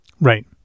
Right